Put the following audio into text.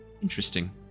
Interesting